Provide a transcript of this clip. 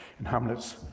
in hamlet's.